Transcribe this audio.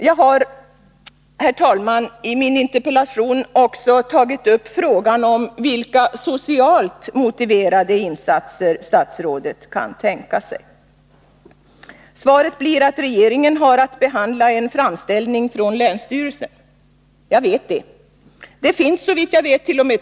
Jag har, herr talman, i min interpellation också tagit upp frågan om vilka socialt motiverade insatser statsrådet kan tänka sig. Svaret blir att regeringen har att behandla en framställning från länsstyrelsen. Jag vet det. Det finns såvitt jag vett.o.m.